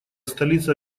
столица